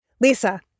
Lisa